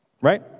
Right